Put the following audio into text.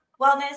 wellness